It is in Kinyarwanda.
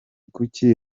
kuki